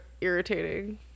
irritating